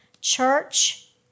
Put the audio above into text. church